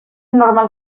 normal